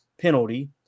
penalty